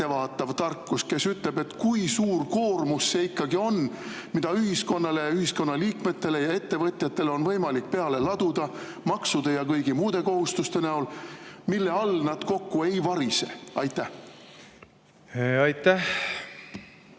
ettevaatavat tarkust, kes ütleb, kui suur koormus see ikkagi on, mida ühiskonnale, ühiskonna liikmetele ja ettevõtjatele on võimalik peale laduda maksude ja kõigi muude kohustuste näol, nii et nad selle all kokku ei varise? Aitäh!